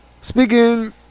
speaking